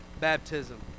baptism